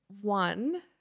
one